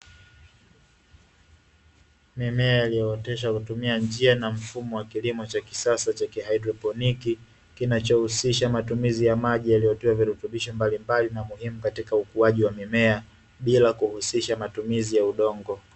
Mimea iliyooteshwa kwa kutumia njia na mfumo wa kilimo cha kisasa cha kihaidroproniki, kinachohusisha matumizi ya maji yaliyotiwa virutubisho mbalimbali na muhimu katika ukuaji wa mimea, bila kuhusisha matumizi ya udongo.